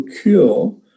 cure